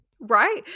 right